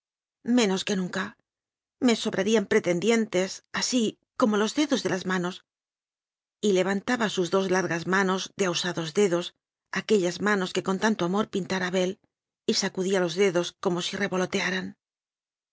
menos que nunca me sobrarían pretendientes así como los dedos de las manosy levantaba sus dos largas manos de ahusados dedos aquellas manos que con tanto amor pintara abel y sacudía los dedos como si revolotearan